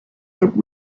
but